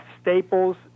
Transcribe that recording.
staples